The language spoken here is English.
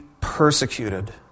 persecuted